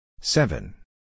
Seven